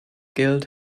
guild